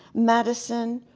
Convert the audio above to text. madison,